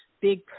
big